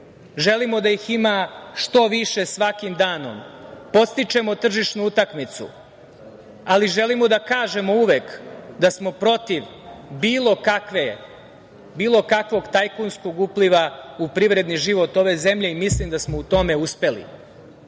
Želimo da ih ima što više svakim danom. Podstičemo tržišnu utakmicu, ali želimo da kažemo uvek da smo protiv bilo kakvog tajkunskog upliva u privredni život ove zemlje i mislim da smo u tome